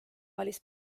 valis